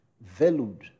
valued